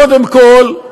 קודם כול,